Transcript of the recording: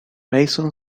mason